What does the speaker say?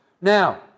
Now